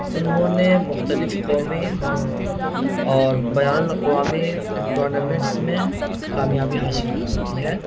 انہوں نے مختلف قومی اور بین الاقوامی ٹورنامنٹس میں کامیابی حاصل کی ہوتی ہے